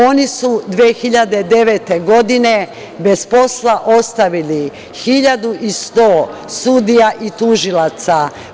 Oni su 2009. godine bez posla ostavili 1.100 sudija i tužilaca.